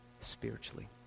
spiritually